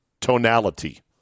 tonality